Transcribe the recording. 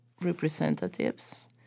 representatives